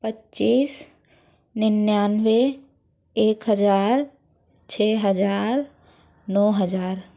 पच्चीस निन्यानवे एक हज़ार छः हज़ार नौ हज़ार